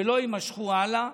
ולא יימשכו הלאה.